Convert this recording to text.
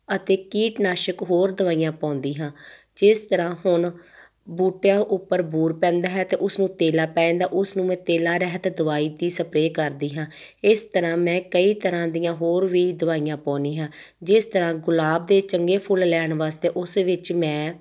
ਅਤੇ ਕੀਟਨਾਸ਼ਕ ਹੋਰ ਦਵਾਈਆਂ ਪਾਉਂਦੀ ਹਾਂ ਜਿਸ ਤਰ੍ਹਾਂ ਹੁਣ ਬੂਟਿਆਂ ਉੱਪਰ ਬੂਰ ਪੈਂਦਾ ਹੈ ਅਤੇ ਉਸਨੂੰ ਤੇਲਾ ਪੈ ਜਾਂਦਾ ਉਸਨੂੰ ਮੈਂ ਤੇਲਾ ਰਹਿਤ ਦਵਾਈ ਦੀ ਸਪਰੇ ਕਰਦੀ ਹਾਂ ਇਸ ਤਰ੍ਹਾਂ ਮੈਂ ਕਈ ਤਰ੍ਹਾਂ ਦੀਆਂ ਹੋਰ ਵੀ ਦਵਾਈਆਂ ਪਾਉਂਦੀ ਹਾਂ ਜਿਸ ਤਰ੍ਹਾਂ ਗੁਲਾਬ ਦੇ ਚੰਗੇ ਫੁੱਲ ਲੈਣ ਵਾਸਤੇ ਉਸ ਵਿੱਚ ਮੈਂ